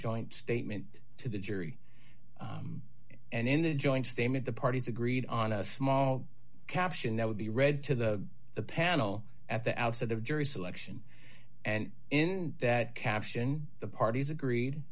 joint statement to the jury and in a joint statement the parties agreed on a small caption that would be read to the panel at the outset of jury selection and in that caption the parties agreed